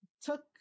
took